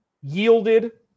yielded